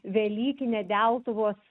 velykinę deltuvos